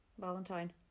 Valentine